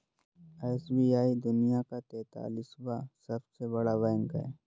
SBI दुनिया का तेंतालीसवां सबसे बड़ा बैंक है